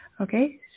Okay